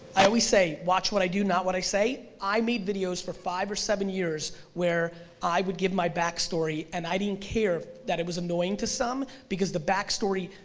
i always say watch what i do, not what i say, i made videos for five or seven years where i would give my back story and i didn't care that it was annoying to some, because the back story,